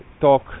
talk